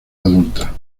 adulta